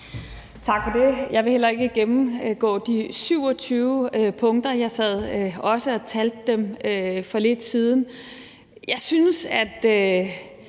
Tak for det. Jeg vil heller ikke gennemgå de 27 punkter. Jeg sad også og talte dem for lidt siden. Jeg synes, at